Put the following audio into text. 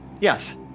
Yes